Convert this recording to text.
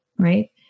right